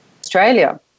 Australia